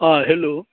हाँ हेलो